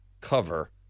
cover